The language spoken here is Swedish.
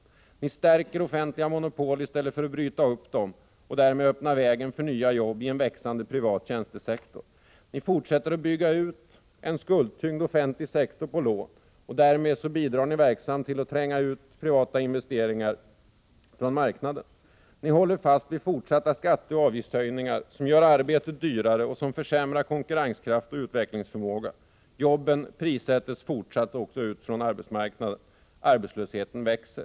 Oo Ni stärker offentliga monopol i stället för att bryta upp dem och därmed öppna vägen för nya jobb i en växande privat tjänstesektor. Oo Ni fortsätter att bygga ut en skuldtyngd offentlig sektor på lån, och därmed bidrar ni verksamt till att tränga ut privata investeringar från marknaden. Oo Ni håller fast vid fortsatta skatteoch avgiftshöjningar som gör arbetet dyrare och som försämrar konkurrenskraft och utvecklingsförmåga. Jobben fortsätter att prissättas ut från arbetsmarknaden och arbetslösheten växer.